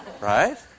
Right